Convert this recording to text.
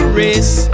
race